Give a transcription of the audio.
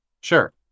Sure